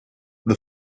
the